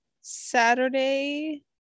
Saturday